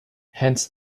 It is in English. hence